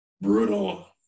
brutal